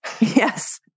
yes